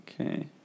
Okay